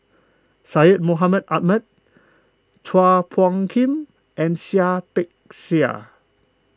Syed Mohamed Ahmed Chua Phung Kim and Seah Peck Seah